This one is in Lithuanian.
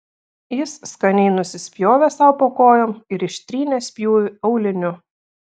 jis skaniai nusispjovė sau po kojom ir ištrynė spjūvį auliniu